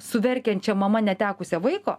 su verkiančia mama netekusia vaiko